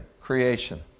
creation